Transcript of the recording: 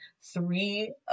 three